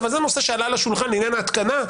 אבל זה נושא שעלה על השולחן לעניין ההתקנה,